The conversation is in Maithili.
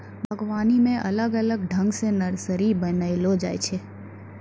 बागवानी मे अलग अलग ठंग से नर्सरी बनाइलो जाय छै